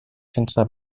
sense